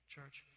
Church